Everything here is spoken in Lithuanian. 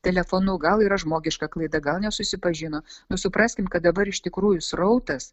telefonu gal yra žmogiška klaida gal nesusipažino nu supraskim kad dabar iš tikrųjų srautas